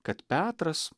kad petras